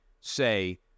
say